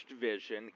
vision